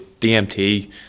DMT